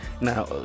now